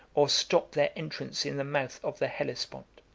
or stop their entrance in the mouth of the hellespont.